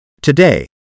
Today